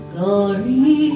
Glory